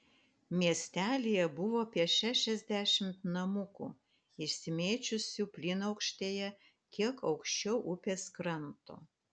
miestelyje buvo apie šešiasdešimt namukų išsimėčiusių plynaukštėje kiek aukščiau upės kranto